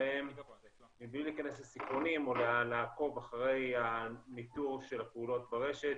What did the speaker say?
שלהם מבלי להכנס לסיכונים או לעקוב אחרי הניטור של הפעולות ברשת,